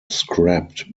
scrapped